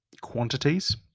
Quantities